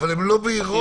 אבל הן לא בהירות.